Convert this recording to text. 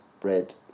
bread